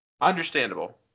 Understandable